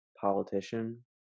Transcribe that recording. politician